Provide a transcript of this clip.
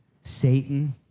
Satan